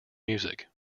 music